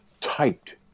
typed